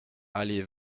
allée